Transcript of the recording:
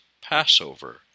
Passover